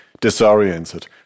disoriented